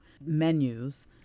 menus